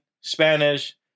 Spanish